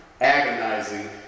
agonizing